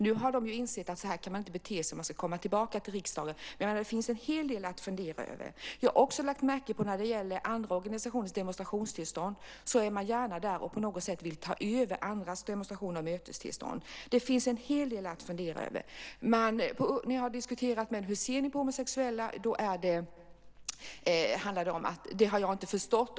Nu har de insett att man inte kan bete sig så om man ska kunna komma tillbaka till riksdagen. Men det finns en hel del att fundera över. Jag har också lagt märke till att de när andra grupper har demonstrationstillstånd gärna är där och på något sätt vill ta över andras demonstrationer och möten. Det finns en hel del att fundera över. Jag har diskuterat med dem och ställt frågan: Hur ser ni på homosexuella? Svaret blir då att jag inte har förstått.